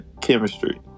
chemistry